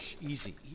easy